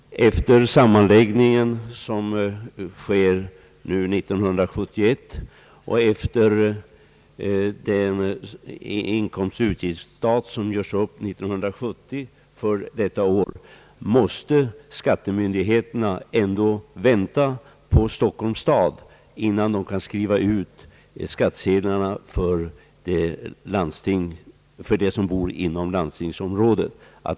Efter den sammanläggning som sker år 1971 och efter den inkomstoch utgiftsstat som görs upp år 1970 för det kommande året, måste skattemyndigheterna ändå vänta på Stockholms stad, innan de kan skriva ut skattsedlarna för dem som bor inom landstingsområdet.